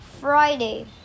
Friday